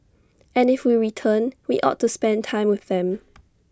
and if we return we ought to spend time with them